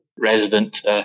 resident